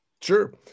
Sure